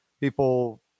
people